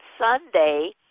Sunday